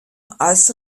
als